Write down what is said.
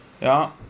Ja